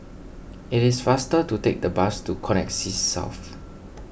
it is faster to take the bus to Connexis South